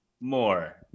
more